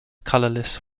colourless